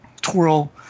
twirl